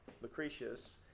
Lucretius